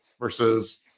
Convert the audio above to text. versus